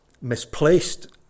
misplaced